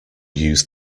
use